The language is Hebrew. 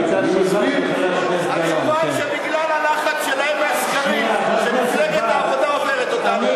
התשובה היא שבגלל הלחץ שלהם מהסקרים שאומרים שמפלגת העבודה עוברת אותם,